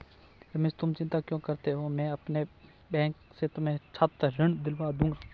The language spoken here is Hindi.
रमेश तुम चिंता क्यों करते हो मैं अपने बैंक से तुम्हें छात्र ऋण दिलवा दूंगा